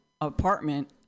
apartment